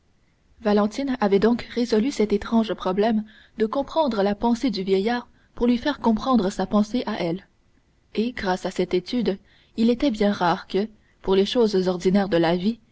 valentine avait donc résolu cet étrange problème de comprendre la pensée du vieillard pour lui faire comprendre sa pensée à elle et grâce à cette étude il était bien rare que pour les choses ordinaires de la vie